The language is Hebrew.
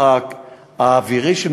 אבל אני מחזק גם את המערך האווירי של